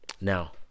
Now